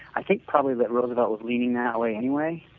i think probably that roosevelt was leaning that way anyway,